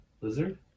Lizard